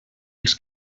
els